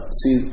see